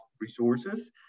resources